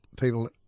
people